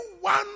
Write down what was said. one